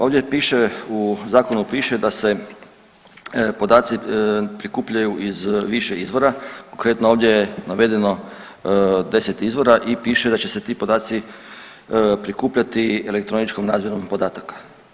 Ovdje piše, u Zakonu piše da se podaci prikupljaju iz više izvora, konkretno, ovdje je navedeno 10 izvora i piše da će se ti podaci prikupljati elektroničkom razmjenom podataka.